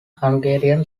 hungarian